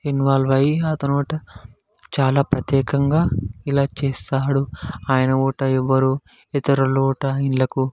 involve అయ్యి అతనుట చాలా ప్రత్యేకంగా ఇలా చేస్తాడు ఆయనూట ఎవ్వరూ ఇతరులూట ఇండ్లకు